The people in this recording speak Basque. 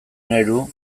nerhu